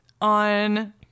on